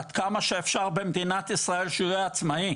עד כמה שאפשר במדינת ישראל שהוא יהיה עצמאי.